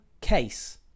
case